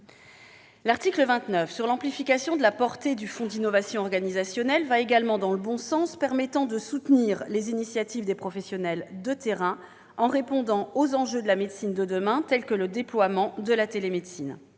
L'article 29, qui prévoit l'amplification de la portée du fonds d'innovation organisationnelle, va également dans le bon sens : il permettra de soutenir les initiatives des professionnels de terrain, en répondant aux enjeux de la médecine de demain, tels que le déploiement de la télémédecine.